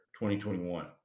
2021